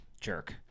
jerk